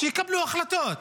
שיקבלו החלטות.